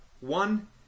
one